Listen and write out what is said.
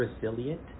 resilient